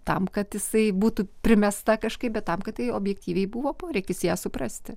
tam kad jisai būtų primesta kažkaip bet tam kad tai objektyviai buvo poreikis ją suprasti